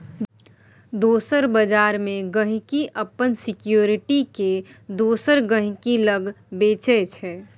दोसर बजार मे गांहिकी अपन सिक्युरिटी केँ दोसर गहिंकी लग बेचय छै